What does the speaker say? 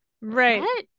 right